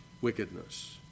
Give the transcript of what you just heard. wickedness